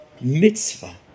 mitzvah